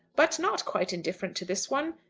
but not quite indifferent to this one?